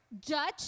Judge